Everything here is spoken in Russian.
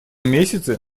месяце